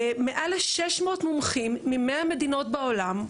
מעל ל-600 מומחים מ-100 מדינות בעולם,